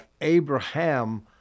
Abraham